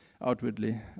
outwardly